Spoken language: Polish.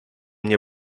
nie